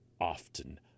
often